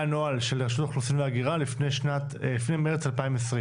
רשות האוכלוסין וההגירה לפני מרץ 2020,